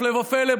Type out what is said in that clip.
הפלא ופלא,